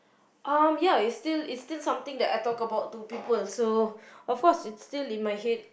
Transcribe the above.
um ya it's still it's still something that I talk about to people so of course it's still in my head